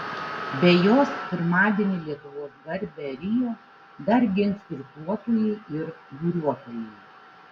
be jos pirmadienį lietuvos garbę rio dar gins irkluotojai ir buriuotojai